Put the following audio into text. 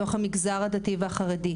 מתוך המגזר הדתי והחרדי.